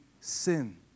sin